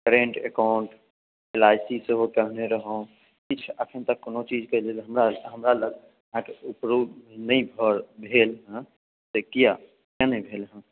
current account L I C सेहो कहने रहोँ किछु एखन तक कोनो चीजके जे हमरा हमरा लग अहाँके ककरो नहि भऽ भेल हैँ से किया किया नहि भेल हैँ